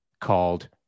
called